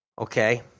okay